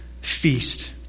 feast